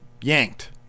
yanked